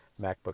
MacBook